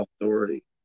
authority